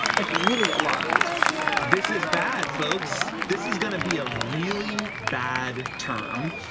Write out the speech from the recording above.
like really alarmed this is bad, folks. this is going to be a really bad term.